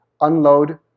unload